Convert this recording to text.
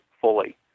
fully